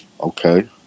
Okay